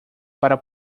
para